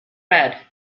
red